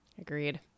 Agreed